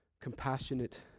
compassionate